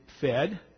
fed